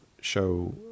show